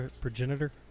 progenitor